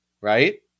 right